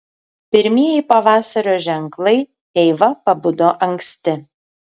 pirmieji pavasario ženklai eiva pabudo anksti